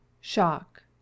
SHOCK